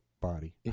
body